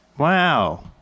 Wow